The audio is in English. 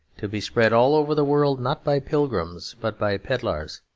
to be spread all over the world not by pilgrims, but by pedlars.